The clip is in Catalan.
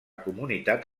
comunitat